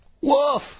woof